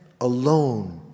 alone